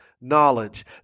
Knowledge